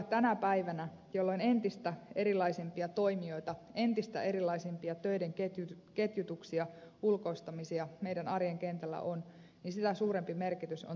tänä päivänä jolloin entistä erilaisempia toimijoita entistä erilaisempia töiden ketjutuksia ulkoistamisia meidän arjen kentällä on sitä suurempi merkitys on toimivalla työsuojelulla